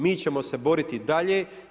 Mi ćemo se boriti i dalje.